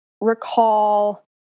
recall